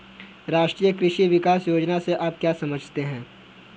राष्ट्रीय कृषि विकास योजना से आप क्या समझते हैं?